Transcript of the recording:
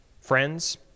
Friends